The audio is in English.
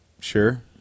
Sure